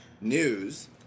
News